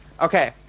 Okay